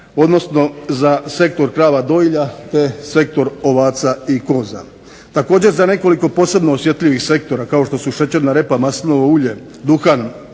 odnosno za sektor krava dojilja te sektor ovaca i koza. Također za nekoliko posebno osjetljivih sektora kao što su šećerna repa, maslinovo ulje, duhan,